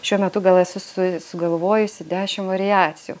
šiuo metu gal esu su sugalvojusi dešim variacijų